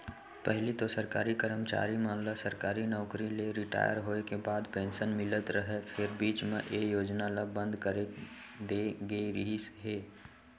पहिली तो सरकारी करमचारी मन ल सरकारी नउकरी ले रिटायर होय के बाद पेंसन मिलत रहय फेर बीच म ए योजना ल बंद करे दे गे रिहिस हे